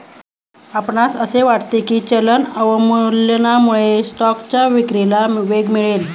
आपणास असे वाटते की चलन अवमूल्यनामुळे स्टॉकच्या विक्रीला वेग मिळेल?